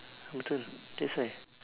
betul that's why